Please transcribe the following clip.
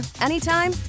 anytime